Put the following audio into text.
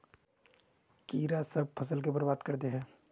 कीड़ा सब फ़सल के बर्बाद कर दे है?